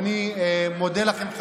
אני מודה לכם,